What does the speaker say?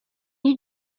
you